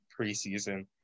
preseason